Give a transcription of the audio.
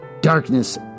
Darkness